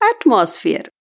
atmosphere